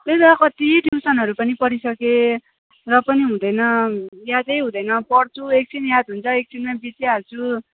त्यही त कति टिउसनहरू पनि पढिसकेँ र पनि हुँदैन यादै हुँदैन पढ्छु एकछिन याद हुन्छ एकछिनमै बिर्सिहाल्छु